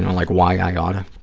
and like, why, i ought to,